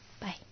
Bye